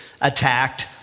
attacked